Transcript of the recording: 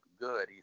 good